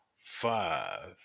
five